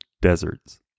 deserts